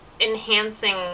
enhancing